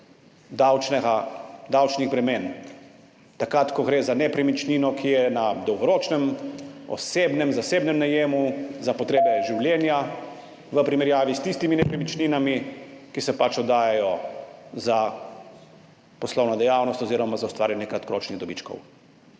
davčnih bremen takrat, ko gre za nepremičnino, ki je v dolgoročnem zasebnem najemu za potrebe življenja, v primerjavi s tistimi nepremičninami, ki se pač oddajajo za poslovno dejavnost oziroma za ustvarjanje kratkoročnih dobičkov.